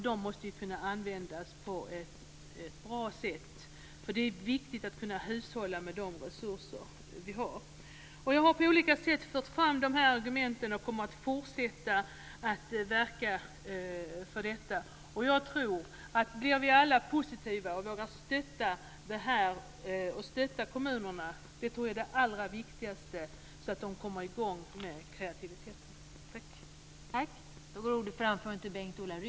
De måste ju kunna användas på ett bra sätt. Det är viktigt att kunna hushålla med de resurser som vi har. Jag har på olika sätt fört fram dessa argument, och jag kommer att fortsätta att verka för detta. Jag tror att det allra viktigaste är att vi alla blir positiva och vågar stötta kommunerna, så att de kommer i gång med kreativiteten. Tack!